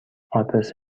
آدرس